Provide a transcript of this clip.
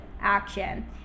action